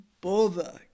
bother